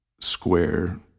square